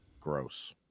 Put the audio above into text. Gross